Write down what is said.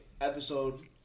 Episode